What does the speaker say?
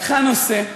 לקחה נושא שיום-יום,